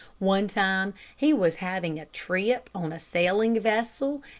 one time he was having a trip on a sailing vessel,